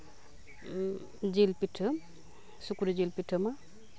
ᱡᱤᱞ ᱯᱤᱴᱷᱟᱹ ᱥᱩᱠᱨᱤ ᱡᱤᱞ ᱯᱤᱴᱷᱟᱹ ᱢᱟ